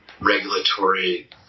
regulatory